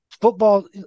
Football